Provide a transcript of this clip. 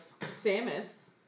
samus